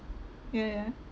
ya ya